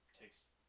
takes